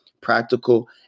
practical